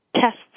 tests